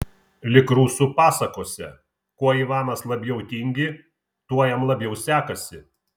lyg rusų pasakose kuo ivanas labiau tingi tuo jam labiau sekasi